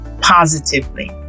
positively